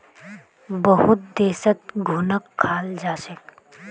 बहुत देशत घुनक खाल जा छेक